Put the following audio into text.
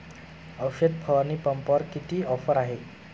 औषध फवारणी पंपावर किती ऑफर आहे?